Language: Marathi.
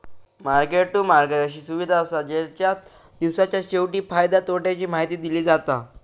मार्केट टू मार्केट अशी सुविधा असा जेच्यात दिवसाच्या शेवटी फायद्या तोट्याची माहिती दिली जाता